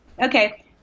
Okay